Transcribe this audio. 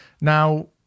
Now